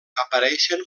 apareixen